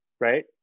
Right